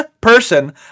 person